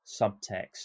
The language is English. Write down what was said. subtext